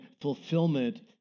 fulfillment